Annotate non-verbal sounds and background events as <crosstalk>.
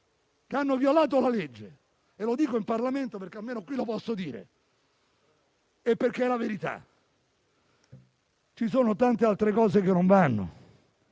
che hanno violato la legge. Lo dico in Parlamento perché almeno qui lo posso dire e perché è la verità. <applause> Ci sono tante altre cose che non vanno.